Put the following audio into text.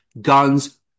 guns